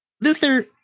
Luther